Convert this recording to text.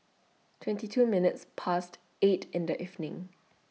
twenty two minutes Past eight in The evening